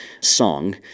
song